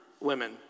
women